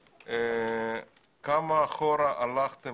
כמה אחורה הלכתם?